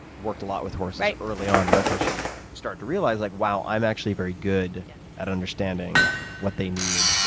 worked a lot with horses early on, and that's how she started to realize like wow, i'm actually very good at understanding what they need, yeah